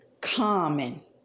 common